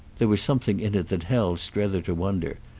there was something in it that held strether to wonder,